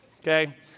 Okay